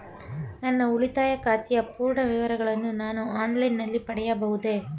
ನನ್ನ ಉಳಿತಾಯ ಖಾತೆಯ ಪೂರ್ಣ ವಿವರಗಳನ್ನು ನಾನು ಆನ್ಲೈನ್ ನಲ್ಲಿ ಪಡೆಯಬಹುದೇ?